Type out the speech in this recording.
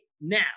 now